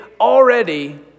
already